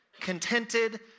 contented